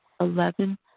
Eleven